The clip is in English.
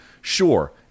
sure